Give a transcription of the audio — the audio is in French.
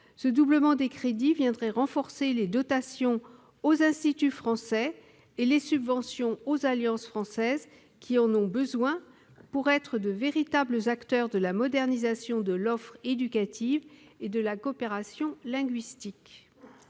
Cette mesure permettrait d'augmenter les dotations aux instituts français et les subventions aux alliances françaises, qui en ont besoin pour être de véritables acteurs de la modernisation de l'offre éducative et de la coopération linguistique.